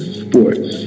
sports